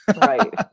Right